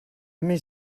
més